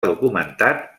documentat